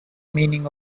meaning